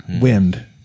wind